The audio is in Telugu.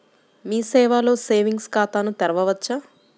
మీ సేవలో సేవింగ్స్ ఖాతాను తెరవవచ్చా?